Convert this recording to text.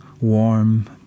warm